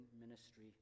ministry